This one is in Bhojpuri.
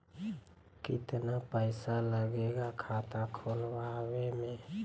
कितना पैसा लागेला खाता खोलवावे में?